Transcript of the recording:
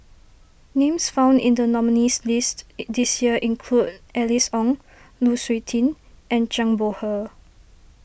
names found in the nominees' list this year include Alice Ong Lu Suitin and Zhang Bohe